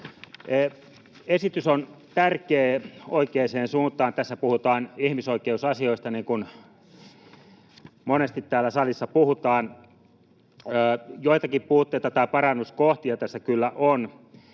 Esitys on tärkeä, oikeansuuntainen. Tässä puhutaan ihmisoikeusasioista, niin kuin monesti täällä salissa puhutaan. Joitakin puutteita tai parannuskohtia tässä kyllä on.